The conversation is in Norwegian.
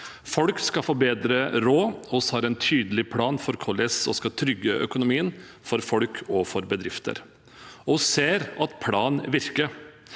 Folk skal få bedre råd. Vi har en tydelig plan for hvordan vi skal trygge økonomien til folk og bedrifter, og vi ser at planen virker.